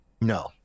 No